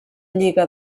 lliga